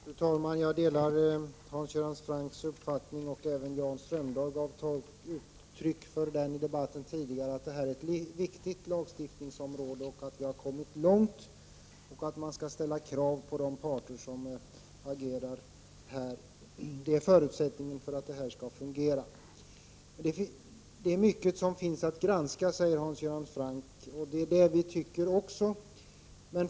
Fru talman! Jag delar Hans Göran Francks uppfattning — även Jan Strömdahl gav uttryck för den tidigare i debatten — att detta är ett viktigt lagstiftningsområde, där vi har kommit långt, och att man skall ställa krav på de parter som agerar. Det är förutsättningen för att det hela skall fungera. Det finns mycket att granska, säger Hans Göran Franck. Ja, det tycker vi också.